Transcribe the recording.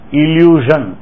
illusion